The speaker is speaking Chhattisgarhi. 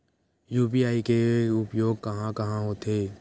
यू.पी.आई के उपयोग कहां कहा होथे?